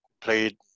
Played